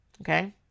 Okay